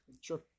Sure